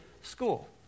school